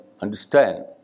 understand